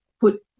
put